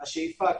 השאיפה היא,